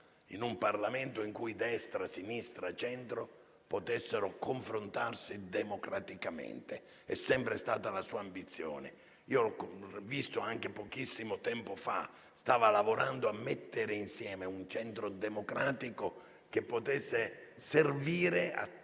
in un Parlamento in cui destra, sinistra e centro potessero confrontarsi democraticamente. È sempre stata la sua ambizione. L'ho visto anche pochissimo tempo fa, quando stava lavorando a mettere insieme un Centro democratico che potesse servire a